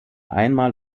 einmal